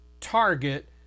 target